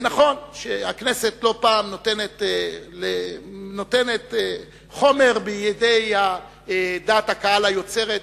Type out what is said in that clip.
נכון שהכנסת לא פעם נותנת חומר בידי דעת הקהל היוצרת,